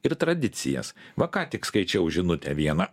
ir tradicijas va ką tik skaičiau žinutę vieną